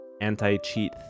anti-cheat